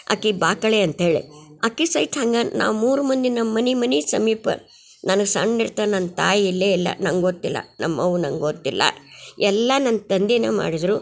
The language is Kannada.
ಆಕಿ ಬಾಕಳೆ ಅಂತ್ಹೇಳಿ ಆಕಿ ಸಹಿತ ಹಂಗೆ ನಾವು ಮೂರು ಮಂದಿ ನಮ್ಮ ಮನೆ ಮನೆ ಸಮೀಪ ನಾನು ಸಣ್ಣ ಇರ್ತ ನನ್ನ ತಾಯಿ ಇಲ್ಲೇ ಇಲ್ಲ ನಂಗೆ ಗೊತ್ತಿಲ್ಲ ನಮ್ಮವ್ವ ನಂಗೆ ಗೊತ್ತಿಲ್ಲ ಎಲ್ಲ ನನ್ನ ತಂದೆನೆ ಮಾಡಿದ್ದರು